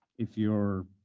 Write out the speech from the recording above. if your